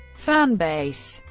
fan base